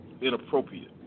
inappropriate